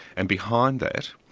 and behind that,